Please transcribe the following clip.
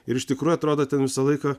ir iš tikrųjų atrodo ten visą laiką